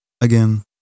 again